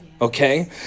Okay